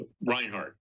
Reinhardt